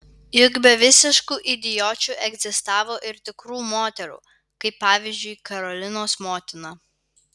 juk be visiškų idiočių egzistavo ir tikrų moterų kaip pavyzdžiui karolinos motina